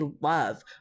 love